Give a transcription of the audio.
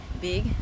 big